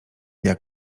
jak